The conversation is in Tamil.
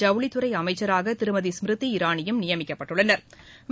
ஜவுளித்துறை அமைச்சராக திருமதி ஸ்மிருதி இரானியும் நியமிக்கப்பட்டுள்ளனா்